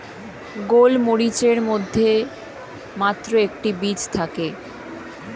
গোলমরিচের মধ্যে মাত্র একটি বীজ থাকে